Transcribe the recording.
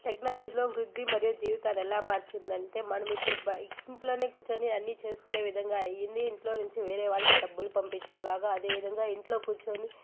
టెక్నాలజీలో వృద్ధి మరియు జీవితాన్ని ఎలా మార్చింది అంటే మనం ఇప్పుడు ఇంట్లోనే కూర్చొని అన్ని చేసుకునే విధంగా అయింది ఇంట్లో నుంచి వేరే వాళ్ళకి డబ్బులు పంపించేలాగా అదే విధంగా ఇంట్లో కూర్చొని